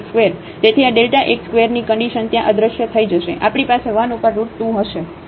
તેથી આ Δ x ²ની કન્ડિશન ત્યાં અદ્રશ્ય થઈ જશે આપણી પાસે 1 ઉપર રુટ 2 હશે